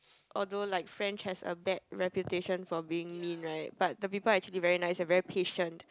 although like French has a bad reputation for being mean right but the people are actually very nice and very patient